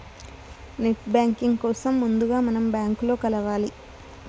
net banking కోసం ముందుగా మనం బ్యాంకులో కలవాలి